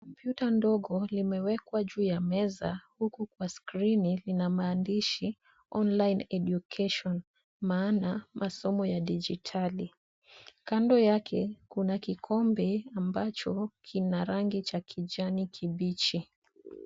Kompyuta ndogo limewekwa juu ya meza, huku kwa skirini lina maandishi, online education , maana masomo ya dijitali. Kando yake kuna kikombe ambacho kina rangi cha kijani kibichi.